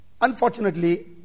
Unfortunately